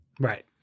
Right